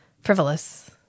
frivolous